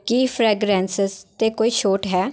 ਕੀ fragrances 'ਤੇ ਕੋਈ ਛੋਟ ਹੈ